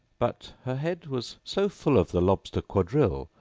but her head was so full of the lobster quadrille,